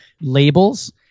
labels